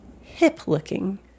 hip-looking